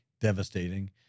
devastating